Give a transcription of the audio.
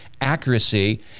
accuracy